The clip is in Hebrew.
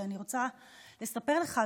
ואני רוצה לספר לך,